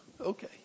okay